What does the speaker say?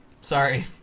Sorry